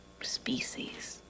...species